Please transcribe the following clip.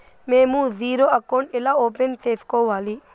మేము zero account ఎలా open సేసుకోవాలి